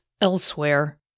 elsewhere